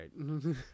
right